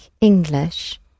English